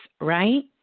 right